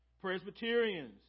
Presbyterians